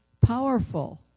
powerful